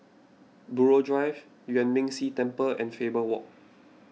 Buroh Drive Yuan Ming Si Temple and Faber Walk